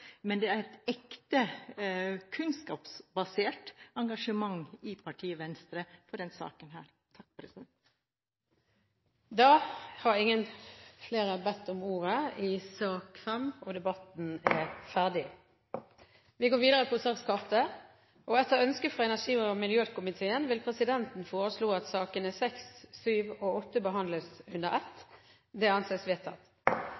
men det er et ekte kunnskapsbasert engasjement i partiet Venstre for denne saken. Flere har ikke bedt om ordet til sak nr. 5. Etter ønske fra energi- og miljøkomiteen vil presidenten foreslå at sakene nr. 6, 7 og 8 behandles under ett. – Det anses vedtatt.